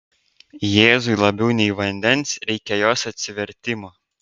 jėzui labiau nei vandens reikia jos atsivertimo